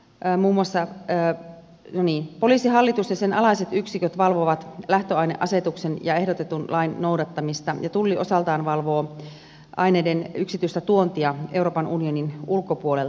emu maissa käy moni olisi poliisihallitus ja sen alaiset yksiköt valvovat lähtöaineasetuksen ja ehdotetun lain noudattamista ja tulli osaltaan valvoo aineiden yksityistä tuontia euroopan unionin ulkopuolelta